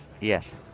Yes